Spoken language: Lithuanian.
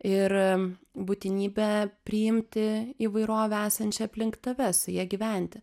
ir būtinybę priimti įvairovę esančią aplink tave su ja gyventi